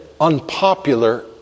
unpopular